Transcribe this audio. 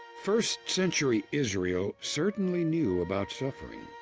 first century israel certainly knew about suffering.